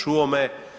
Čuo me.